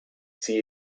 see